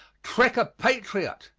trick a patriot.